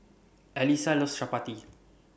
Alyssia loves Chappati